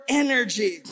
energy